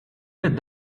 fid